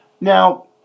Now